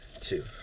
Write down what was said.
two